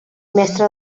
mestra